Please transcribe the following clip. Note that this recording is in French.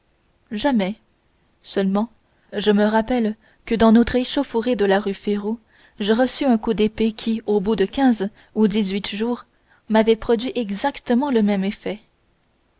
jamais seulement je me rappelle que dans notre échauffourée de la rue férou je reçus un coup d'épée qui au bout de quinze ou dix-huit jours m'avait produit exactement le même effet